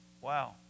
wow